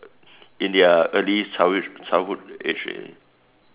in their early childhood childhood age eh